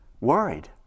worried